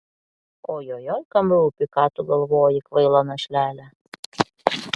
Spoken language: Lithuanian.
ojojoi kam rūpi ką tu galvoji kvaila našlele